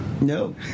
No